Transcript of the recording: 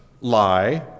lie